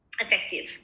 Effective